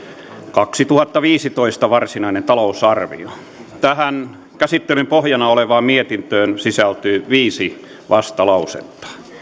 kaksituhattaviisitoista varsinainen talousarvio tähän käsittelyn pohjana olevaan mietintöön sisältyy viisi vastalausetta